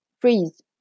freeze